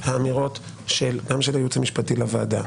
האמירות גם של הייעוץ המשפטי לוועדה,